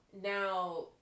now